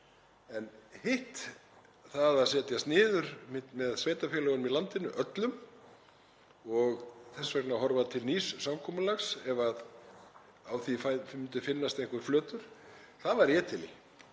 En hitt, að setjast niður með sveitarfélögunum í landinu öllum og þess vegna að horfa til nýs samkomulags ef á því myndi finnast einhver flötur — það væri ég til í.